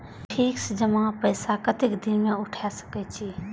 Fix जमा पैसा कतेक दिन में उठाई सके छी?